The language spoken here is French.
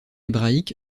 hébraïque